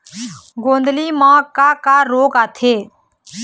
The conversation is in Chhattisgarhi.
गोंदली म का का रोग आथे?